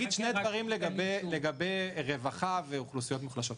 אגיד שני דברים לגבי רווחה ואוכלוסיות מוחלשות.